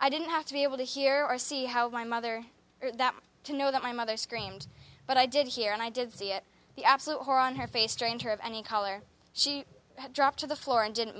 i didn't have to be able to hear or see how my mother or that to know that my mother screamed but i did hear and i did see it the absolute horror on her face strained her of any color she dropped to the floor and didn't